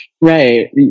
Right